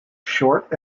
short